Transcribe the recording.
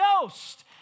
Ghost